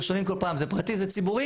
אנחנו שומעים כל פעם זה פרטי, זה ציבורי.